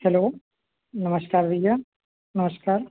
hello नमस्कार भैया नमस्कार